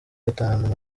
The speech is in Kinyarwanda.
gatanu